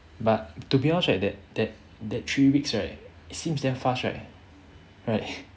but to be honest right that that that three weeks right it seems damn fast right right